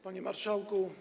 Panie Marszałku!